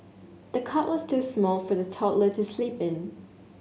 the cot was too small for the toddler to sleep in